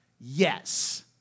Yes